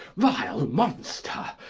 vile monster,